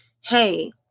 hey